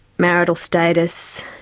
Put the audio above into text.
marital status,